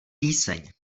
píseň